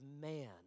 man